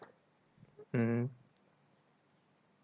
mmhmm